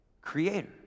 creator